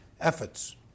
efforts